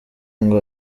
ngo